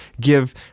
give